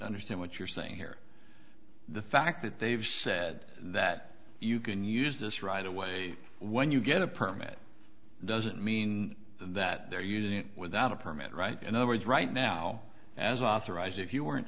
understand what you're saying here the fact that they've said that you can use this right away when you get a permit doesn't mean that they're using it without a permit right in other words right now as authorized if you weren't